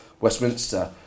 Westminster